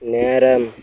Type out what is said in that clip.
நேரம்